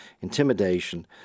intimidation